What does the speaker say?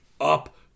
up